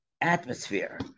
atmosphere